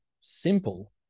simple